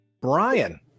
Brian